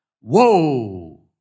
Whoa